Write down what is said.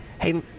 Hey